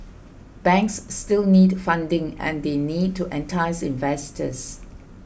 banks still need funding and they need to entice investors